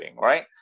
Right